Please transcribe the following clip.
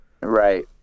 Right